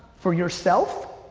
for yourself,